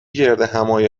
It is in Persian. گردهمآیی